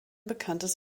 bekanntes